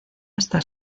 hasta